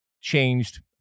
changed